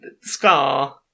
scar